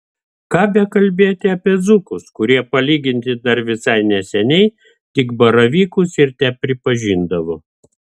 ką bekalbėti apie dzūkus kurie palyginti dar visai neseniai tik baravykus ir tepripažindavo